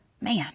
Man